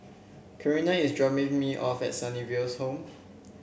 Kaleena is dropping me off at Sunnyville Home